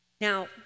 Now